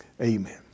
Amen